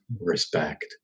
respect